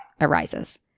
arises